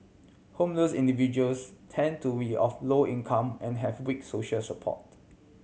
homeless individuals tend to we of low income and have weak social support